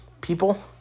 people